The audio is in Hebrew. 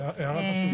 הערה חשובה.